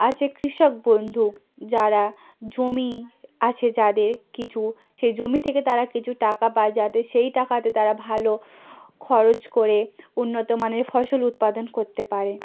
আছে কৃষক বন্ধু যারা জমি আছে যাদের কিছু সে জমি থেকে তারা কিছু টাকা পায় যাতে সেই টাকাতে তারা ভালো খরচ করে উন্নত মানের ফসল উৎপাদন করতে পারে